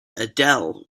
adele